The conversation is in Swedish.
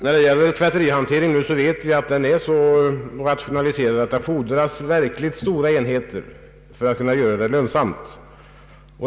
Vi vet att tvätterihanteringen numera är så rationaliserad att det fordras mycket stora enheter för att den skall bli lönsam.